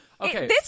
Okay